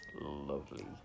lovely